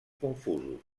confusos